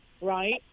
right